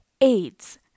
AIDS